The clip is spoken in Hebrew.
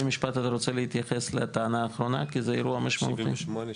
אתה רוצה להתייחס לטענה האחרונה כי זה אירוע משמעותי?